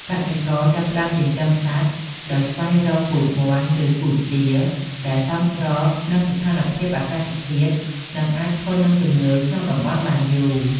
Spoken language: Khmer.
កសិករចាប់ផ្តើមចិញ្ចឹមសត្វដោយស្វែងរកពូជមាន់ ឬពូជទាដែលសមស្របនឹងស្ថានភាពអាកាសធាតុ និងអាចធន់នឹងជំងឺក្នុងតំបន់បានយូរ។